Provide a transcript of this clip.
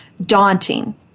daunting